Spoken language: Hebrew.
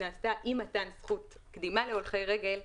אי מתן זכות קדימה להולכי רגל,